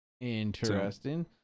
Interesting